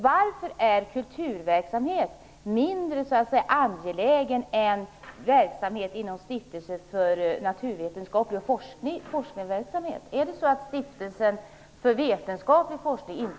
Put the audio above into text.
Varför är kulturverksamhet mindre angeläget än verksamhet inom stiftelser för naturvetenskap och forskningsverksamhet? Beskattas inte stiftelsen för vetenskaplig forskning?